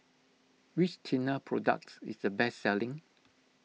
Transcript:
which Tena product is the best selling